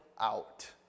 out